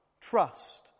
Trust